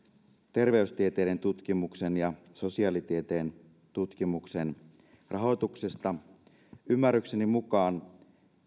terveystieteiden tutkimuksen ja sosiaalitieteen tutkimuksen rahoituksesta ymmärrykseni mukaan